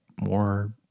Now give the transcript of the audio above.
more